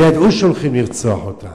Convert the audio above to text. וידעו שהולכים לרצוח אותם.